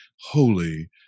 holy